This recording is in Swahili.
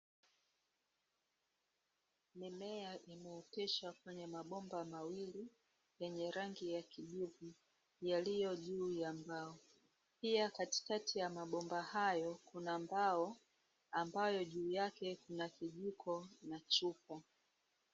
Mimea imeoteshwa kwenye mabomba mawili yenye rangi ya kijivu yaliyo juu ya mbao, pia katikati ya mabomba hayo kuna mbao ambayo juu yake kuna kijiko na chupa.